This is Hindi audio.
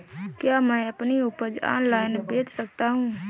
क्या मैं अपनी उपज ऑनलाइन बेच सकता हूँ?